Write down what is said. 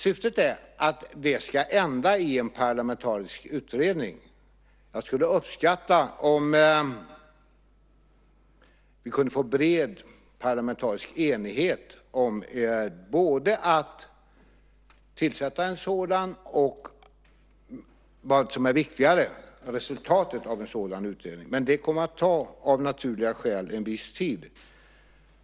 Syftet är att det ska ända i en parlamentarisk utredning. Jag skulle uppskatta om vi kunde få en bred parlamentarisk enighet både om att tillsätta en sådan utredning och - något som är ännu viktigare - om resultatet av en sådan utredning. Men av naturliga skäl kommer det att ta viss tid.